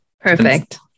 Perfect